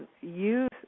use